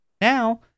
Now